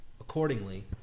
accordingly